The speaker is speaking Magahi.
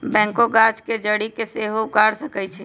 बैकहो गाछ के जड़ी के सेहो उखाड़ सकइ छै